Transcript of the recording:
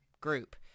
group